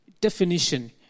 Definition